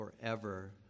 forever